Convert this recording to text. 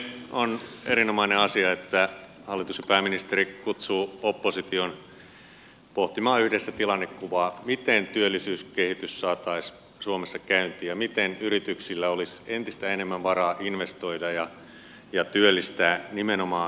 on erinomainen asia että hallitus ja pääministeri kutsuvat opposition pohtimaan yhdessä tilannekuvaa miten työllisyyskehitys saataisiin suomessa käyntiin ja miten yrityksillä olisi entistä enemmän varaa investoida ja työllistää nimenomaan suomessa